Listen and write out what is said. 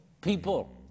People